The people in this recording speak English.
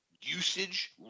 Usage